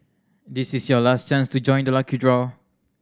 this is your last chance to join the lucky draw